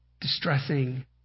distressing